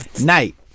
Night